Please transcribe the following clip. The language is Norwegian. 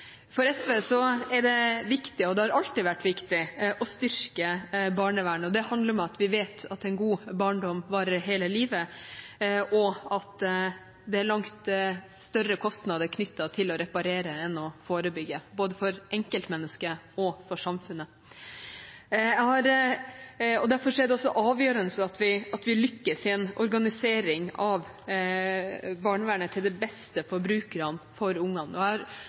For SV er det viktig, og det har alltid vært viktig, å styrke barnevernet. Det handler om at vi vet at en god barndom varer hele livet, og at det er langt større kostnader knyttet til å reparere enn å forebygge, både for enkeltmennesket og for samfunnet. Derfor er det også avgjørende at vi lykkes i en organisering av barnevernet til det beste for brukerne, for ungene. Jeg har selv, før jeg ble valgt til Stortinget, hatt gleden av å